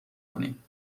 کنیم